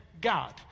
God